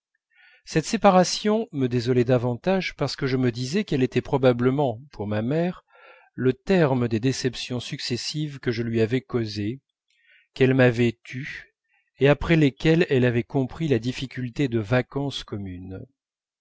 cette séparation me désolait davantage parce que je me disais qu'elle était probablement pour ma mère le terme des déceptions successives que je lui avais causées qu'elle m'avait tues et après lesquelles elle avait compris la difficulté de vacances communes